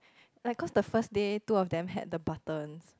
like cause the first day two of them had the buttons